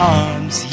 arms